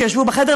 שישבו בחדר,